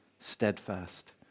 steadfast